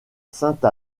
sainte